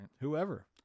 whoever